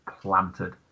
planted